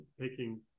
Taking